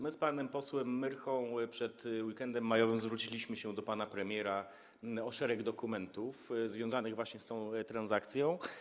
My z panem posłem Myrchą przed weekendem majowym zwróciliśmy się do pana premiera o szereg dokumentów związanych z tą transakcją.